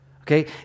Okay